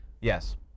Yes